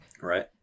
Right